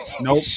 nope